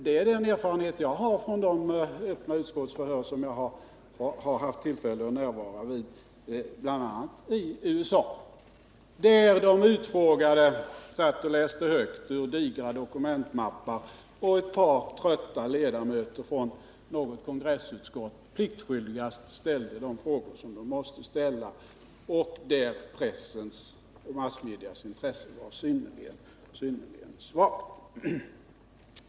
Det är den erfarenhet jag har från de öppna utskottsförhör som jag har haft tillfälle att närvara vid, bl.a. i USA, där de utfrågade satt och läste högt ur digra dokumentmappar och där ett par trötta ledamöter från något kongressutskott pliktskyldigast ställde de frågor de måste ställa och där massmedias intresse var synnerligen svagt.